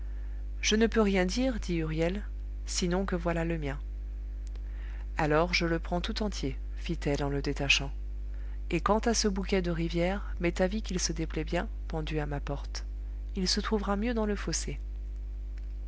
je ne peux rien dire dit huriel sinon que voilà le mien alors je le prends tout entier fit-elle en le détachant et quant à ce bouquet de rivière m'est avis qu'il se déplaît bien pendu à ma porte il se trouvera mieux dans le fossé